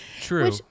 True